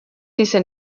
dieser